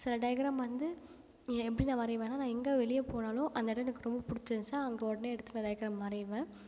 சில டையக்ராம் வந்து ஏ எப்படி நான் வரைவேன்னா நான் எங்கே வெளியே போனாலும் அந்த இடோம் எனக்கு ரொம்ப பிடிச்சி இருந்துச்சா அங்கே உடனே எடுத்து நான் டையக்ராம் வரைவேன்